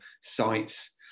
sites